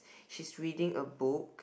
she's reading a book